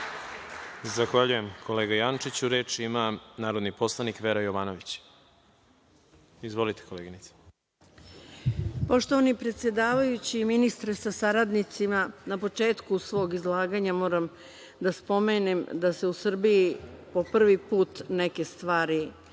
Zahvaljujem, kolega Jančiću. Reč ima narodni poslanik Vera Jovanović. Izvolite, koleginice. **Vera Jovanović** Poštovani predsedavajući i ministre sa saradnicima, na početku svog izlaganja moram da spomenem da se u Srbiji po prvi put neke stvari